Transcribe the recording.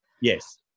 Yes